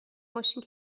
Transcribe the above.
ماشین